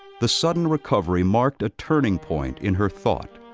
the sudden recovery marked a turning point in her thought.